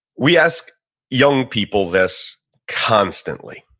we ask young people this constantly.